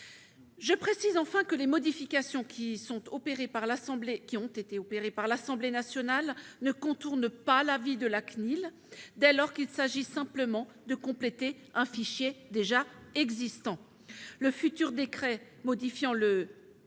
Je précise, enfin, que les modifications opérées par l'Assemblée nationale ne contournent pas l'avis de la CNIL, dès lors qu'il s'agit simplement de compléter un fichier existant. Bien sûr ! Le futur décret modifiant ce